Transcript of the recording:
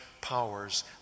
powers